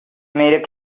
made